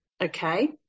Okay